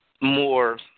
more –